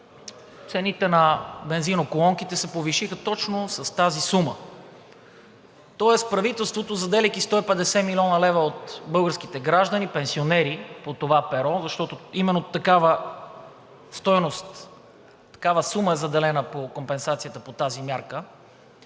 цените на бензиноколонките се повишиха точно с тази сума. Тоест правителството, заделяйки 150 млн. лв. от българските граждани, пенсионери, защото именно такава сума е заделена за компенсацията по тази мярка,